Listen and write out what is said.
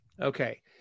Okay